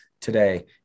today